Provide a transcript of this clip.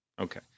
Okay